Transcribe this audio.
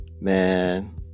Man